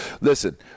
listen